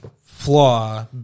flaw